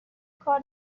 کار